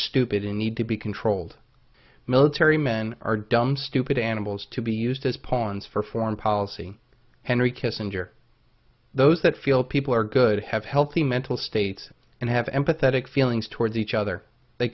stupid in need to be controlled military men are dumb stupid animals to be used as pawns for foreign policy henry kissinger those that feel people are good have healthy mental states and have empathetic feelings towards each other they